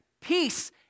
peace